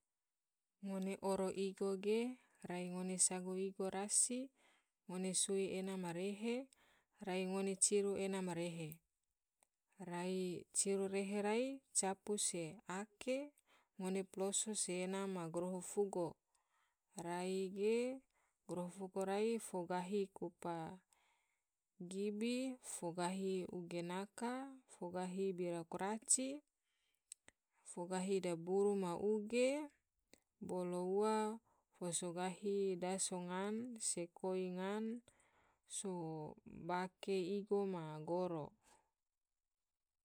Ngone oro igo ge rai ngone sago ena rasi, ngone sui ena ma rehe, rai ngome ciru ena ma rehe, rai ciru rehe rai capu se ake ngone poloso se ena ma goroho fugo, rai ge goroho rai fo gahi kupa gibi, fo gahi uge naka, fo so gahi bira kuraci, fo so gahi diburu ma uge, bolo ua fo so gahi daso ngan se koi ngan so pake igo ma goro.